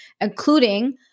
including